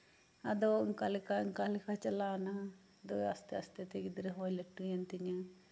ᱟᱫᱚ ᱚᱱᱟᱠᱟ ᱞᱮᱠᱟᱼ ᱚᱱᱠᱟ ᱞᱮᱠᱟ ᱪᱟᱞᱟᱣᱱᱟ ᱟᱫᱚ ᱟᱥᱛᱮᱼᱟᱥᱛᱮ ᱛᱮ ᱜᱤᱫᱽᱨᱟᱹ ᱦᱚᱸᱭ ᱞᱟᱴᱩᱭᱮᱱ ᱛᱤᱧᱟᱹ